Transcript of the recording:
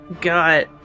got